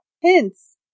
hints